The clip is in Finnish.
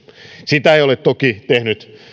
sitä ei ole toki tehnyt